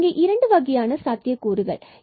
இங்கு இரண்டு வகையான சாத்தியக்கூறுகள் உள்ளன